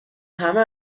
همه